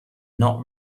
not